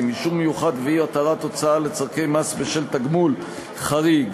(אישור מיוחד ואי-התרת הוצאה לצורכי מס בשל תגמול חריג),